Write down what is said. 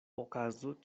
okazo